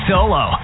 Solo